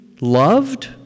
loved